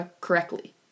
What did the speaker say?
correctly